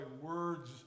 words